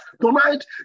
Tonight